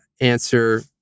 answer